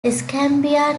escambia